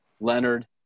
Leonard